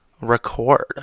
record